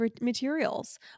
materials